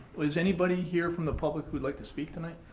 is anybody here from the public who would like to speak tonight?